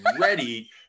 ready